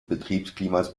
betriebsklimas